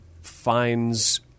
finds